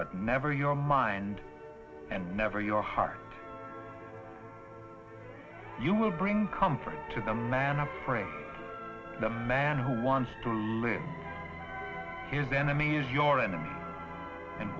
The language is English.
but never your mind and never your heart you will bring comfort to the man of prayer the man who wants to live here the enemy is your enemy and